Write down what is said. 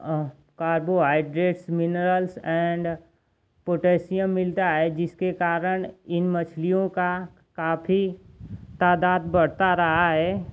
carbohydrates minerals and potassium मिलता है जिसके कारण इन मछलियों की काफ़ी तादात बढ़ती रही है